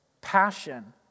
passion